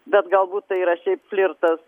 bet galbūt tai yra šiaip flirtas